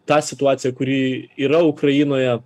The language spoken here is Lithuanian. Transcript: ta situacija kuri yra ukrainoje